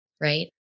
right